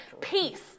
peace